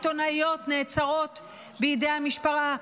עיתונאיות נעצרות בידי המשטרה,